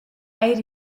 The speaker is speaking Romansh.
eir